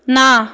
না